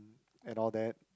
and all that